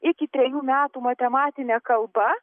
iki trejų metų matematine kalba